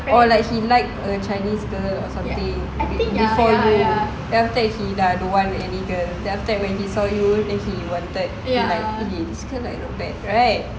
or he like a chinese girl or something before you then after that he don't want any girl then after when he saw you then he wanted to like eh this girl not bad right